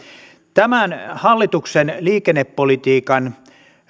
tämän hallituksen liikennepolitiikan